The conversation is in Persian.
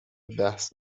بحث